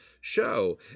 show